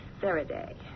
Faraday